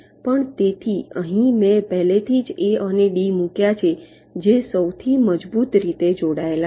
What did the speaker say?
પણ તેથી અહીં મેં પહેલાથી જ A અને D મૂક્યા છે જે સૌથી મજબૂત રીતે જોડાયેલા છે